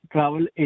Travel